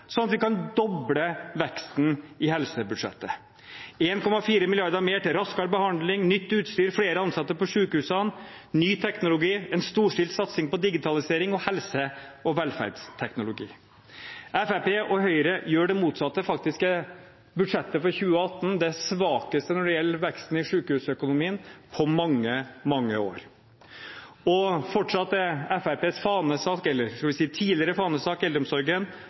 sånn at vi kan doble veksten i helsebudsjettet – 1,4 mrd. kr mer til raskere behandling, nytt utstyr, flere ansatte på sykehusene, ny teknologi, en storstilt satsing på digitalisering og helse- og velferdsteknologi. Fremskrittspartiet og Høyre gjør det motsatte. Faktisk er budsjettet for 2018 det svakeste når det gjelder veksten i sykehusøkonomien på mange år. Fortsatt er Fremskrittspartiets fanesak – eller skal vi si tidligere fanesak – eldreomsorgen,